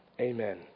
Amen